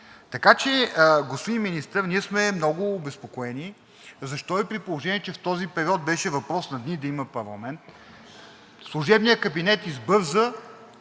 Така че, господин Министър, ние сме много обезпокоени защо и при положение че в този период беше въпрос на дни да има парламент, служебният кабинет избърза